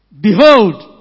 Behold